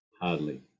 hardly